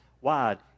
wide